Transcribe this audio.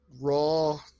raw